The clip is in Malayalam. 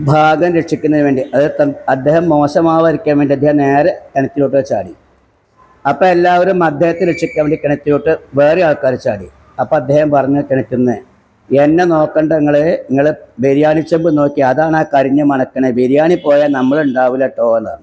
ഭാഗം രക്ഷിക്കുന്നതിന് വേണ്ടി അതായത് അദ്ദേഹം മോശമാവാതിരിക്കാൻ വേണ്ടി അദ്ദേഹം നേരെ കിണറ്റിലോട്ട് ചാടി അപ്പം എല്ലാവരും അദ്ദേഹത്തെ രക്ഷിക്കാൻ വേണ്ടി കിണറ്റിലോട്ട് വേറെയും ആൾക്കാർ ചാടി അപ്പോൾ അദ്ദേഹം പറഞ്ഞു കിണറ്റിൽനിന്ന് എന്നെ നോക്കേണ്ട നിങ്ങൾ നിങ്ങൾ ബിരിയാണിച്ചെമ്പ് നോക്കി അതാണാ കരിഞ്ഞ് മണക്കുന്നത് ബിരിയാണി പോയാൽ നമ്മളുണ്ടാവില്ല കേട്ടോ എന്ന് പറഞ്ഞു